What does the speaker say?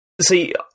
See